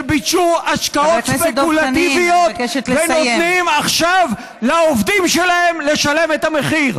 שביצעו השקעות ספקולטיביות ונותנים עכשיו לעובדים שלהם לשלם את המחיר.